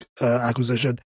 acquisition